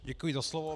Děkuji za slovo.